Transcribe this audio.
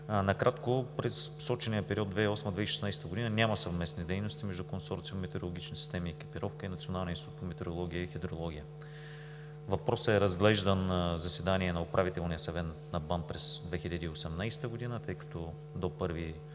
Накратко, през посочения период 2008 – 2016 г. няма съвместни дейности между Консорциум „Метеорологични системи и екипировка“ и Националния институт по метеорология и хидрология. Въпросът е разглеждан на заседание на Управителния съвет на БАН през 2018 г., тъй като до 1